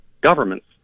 governments